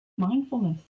Mindfulness